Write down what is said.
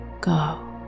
go